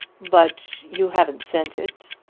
but you haven't sent it.